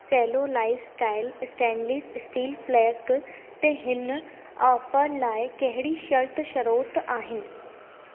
सेलो lifestyle stainless steel flask ते हिन offer लाइ कहिड़ा शर्त शरोत आहिनि